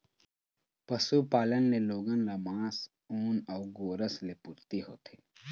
पशुपालन ले लोगन ल मांस, ऊन अउ गोरस के पूरती होथे